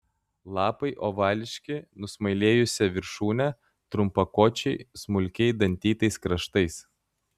lapai ovališki nusmailėjusia viršūne trumpakočiai smulkiai dantytais kraštais